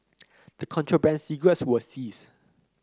the contraband cigarettes were seized